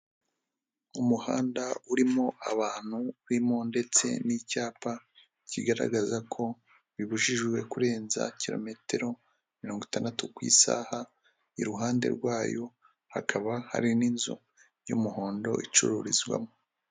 Umuhanda urimo abantu urimo ndetse n'icyapa kigaragaza ko bibujijwe kurenza kilometero mirongo itandatu ku isaha, iruhande rwayo hakaba hari n'inzu y'umuhondo icururizwamo.